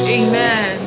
amen